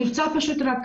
אני רוצה פשוט רק,